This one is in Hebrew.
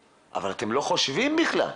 אבל אתם לא חושבים בכלל,